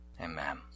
Amen